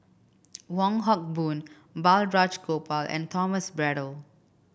Wong Hock Boon Balraj Gopal and Thomas Braddell